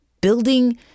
building